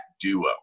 duo